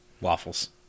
waffles